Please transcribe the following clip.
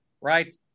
right